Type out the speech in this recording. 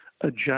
adjust